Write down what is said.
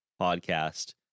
podcast